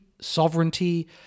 sovereignty